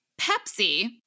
Pepsi